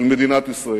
של מדינת ישראל.